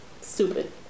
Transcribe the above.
stupid